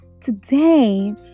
today